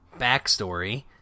backstory